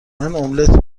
املت